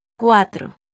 cuatro